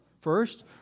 first